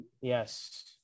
Yes